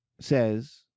says